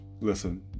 Listen